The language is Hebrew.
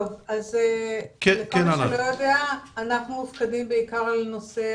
אנחנו מופקדים בעיקר על נושא,